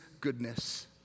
goodness